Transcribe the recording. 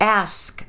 ask